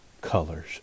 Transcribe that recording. colors